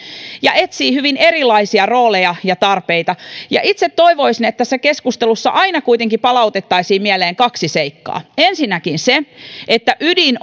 ja etsii hyvin erilaisia rooleja ja tarpeita itse toivoisin että tässä keskustelussa aina kuitenkin palautettaisiin mieleen kaksi seikkaa ensinnäkin se että ydin